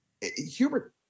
hubert